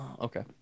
Okay